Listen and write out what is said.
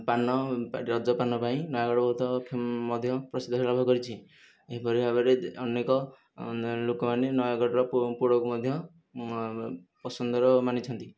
ପାନ ରଜ ପାନ ପାଇଁ ନୟାଗଡ଼ ବହୁତ ମଧ୍ୟ ପ୍ରସିଦ୍ଧ ଲାଭ କରିଛି ଏହିପରି ଭାବରେ ଅନେକ ଲୋକମାନେ ନୟାଗଡ଼ର ପୋଡ଼କୁ ମଧ୍ୟ ପସନ୍ଦର ମାନିଛନ୍ତି